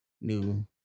new